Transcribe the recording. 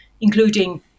including